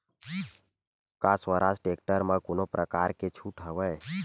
का स्वराज टेक्टर म कोनो प्रकार के छूट हवय?